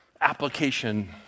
application